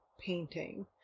painting